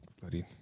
bloody